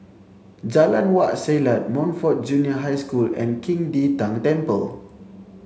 Jalan Wak Selat Montfort Junior School and Qing De Tang Temple